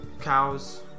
cows